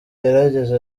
yaragize